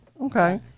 Okay